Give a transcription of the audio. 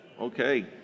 Okay